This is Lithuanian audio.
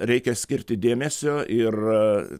reikia skirti dėmesio ir